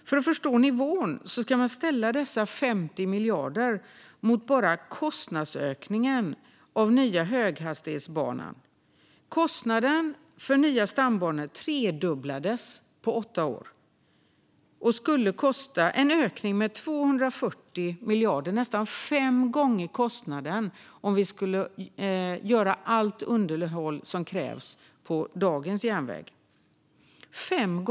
För att förstå nivån kan man ställa dessa 50 miljarder kronor mot bara kostnadsökningen av nya höghastighetsbanor. Kostnaden för nya stambanor tredubblades på åtta år, en ökning med 240 miljarder kronor, nästan fem gånger kostnaden om vi skulle göra allt underhåll som krävs på dagens järnväg.